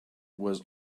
was